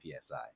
psi